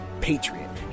patriot